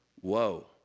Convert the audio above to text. Whoa